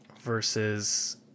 versus